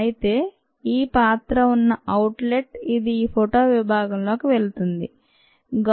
అయితే ఈ పాత్ర ఉన్న అవుట్లెట్ ఇది ఫోటో విభాగంలోకి వెళుతుంది రిఫర్ టైమ్ 3714